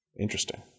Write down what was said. Interesting